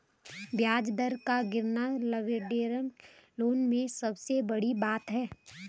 ब्याज दर का गिरना लवरेज्ड लोन में सबसे बड़ी बात है